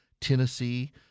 Tennessee